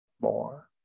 more